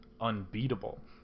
unbeatable